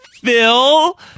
Phil